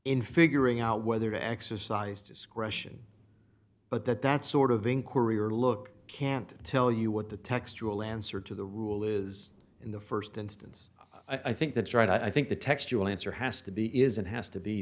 in figuring out whether to exercise discretion but that that sort of inquiry or look can't tell you what the textual answer to the rule is in the st instance i think that's right i think the textual answer has to be is it has to be